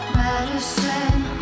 medicine